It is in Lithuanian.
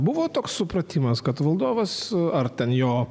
buvo toks supratimas kad valdovas ar ten jo